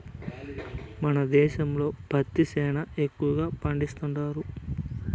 మన దేశంలో పత్తి సేనా ఎక్కువగా పండిస్తండారు